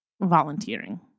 volunteering